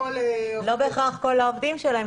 הכול הופך --- לא בהכרח כל העובדים שלהם,